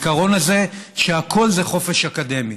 וזה העיקרון הזה שהכול זה חופש אקדמי,